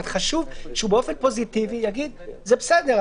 חשוב שהוא באופן פוזיטיבי יגיד: זה בסדר,